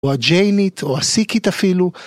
או ה-gain it או ה-seek it אפילו.